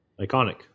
iconic